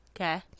Okay